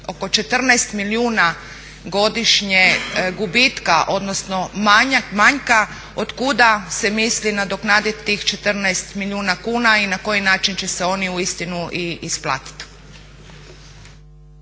oko 14 milijuna godišnje gubitka odnosno manjka otkuda se misli nadoknadit tih 14 milijuna kuna i na koji način će se oni uistinu i isplatiti.